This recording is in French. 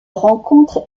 rencontre